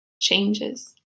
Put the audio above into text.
changes